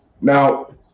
Now